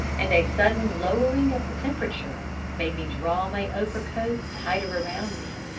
and a sudden lowering of the temperature made me draw my overcoat tighter round me.